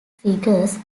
figures